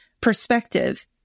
perspective